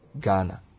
Ghana